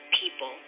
people